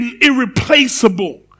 irreplaceable